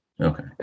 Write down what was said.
Okay